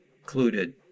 included